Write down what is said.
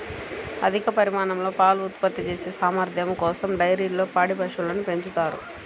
అధిక పరిమాణంలో పాలు ఉత్పత్తి చేసే సామర్థ్యం కోసం డైరీల్లో పాడి పశువులను పెంచుతారు